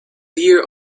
dear